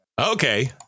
okay